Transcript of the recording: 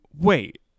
Wait